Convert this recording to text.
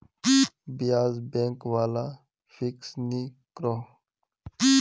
ब्याज़ बैंक वाला फिक्स नि करोह